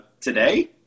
today